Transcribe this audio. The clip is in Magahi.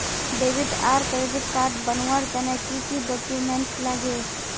डेबिट आर क्रेडिट कार्ड बनवार तने की की डॉक्यूमेंट लागे?